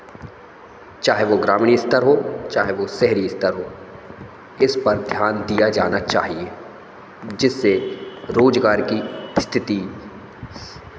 चाहे वह ग्रामीण स्तर हो चाहे वह शहरी स्तर हो इस पर ध्यान दिया जाना चाहिए जिससे रोज़गार की स्थिति